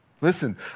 Listen